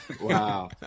Wow